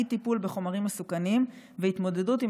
אי-טיפול בחומרים מסוכנים והתמודדות עם